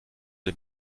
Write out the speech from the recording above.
den